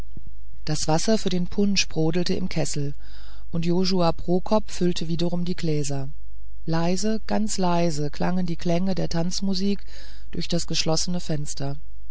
das wasser für den punsch brodelte im kessel und josua prokop füllte wiederum die gläser leise ganz leise klangen die klänge der tanzmusik durch das geschlossene fenster